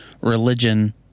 religion